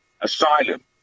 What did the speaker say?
asylum